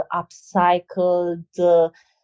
upcycled